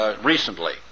recently